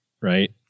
right